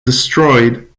destroyed